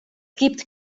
gibt